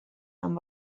amb